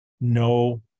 no